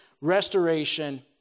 restoration